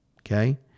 Okay